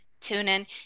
TuneIn